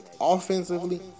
offensively